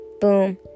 boom